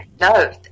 No